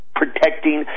protecting